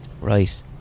Right